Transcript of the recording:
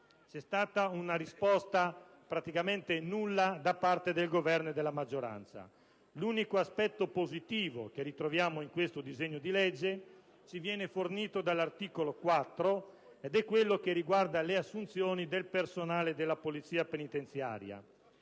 C'è stata una risposta praticamente nulla da parte del Governo e della maggioranza. L'unico aspetto positivo che ritroviamo in questo disegno di legge ci viene fornito dall'articolo 4, riguardante le assunzioni del personale della Polizia penitenziaria.